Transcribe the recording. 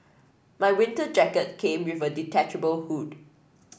my winter jacket came with a detachable hood